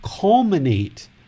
culminate